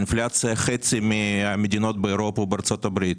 האינפלציה חצי מהמדינות באירופה או בארצות-הברית.